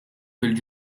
fil